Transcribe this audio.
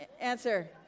answer